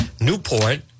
Newport